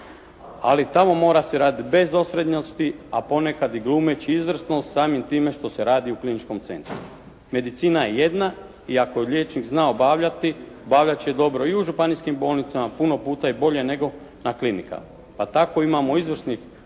Ali tamo mora se raditi bez osrednjosti, a ponekad i glumeći izvrsnost samim time što se radi u kliničkom centru. Medicina je jedna i ako je liječnik zna obavljati obavljat će je dobro i u županijskim bolnicama puno puto i bolje nego na klinikama. Pa tako imamo izvrsnih